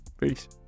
peace